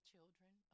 children